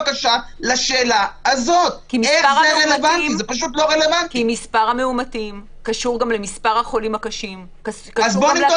וזה כאשר ממונה הקורונה קבע שלא ניתן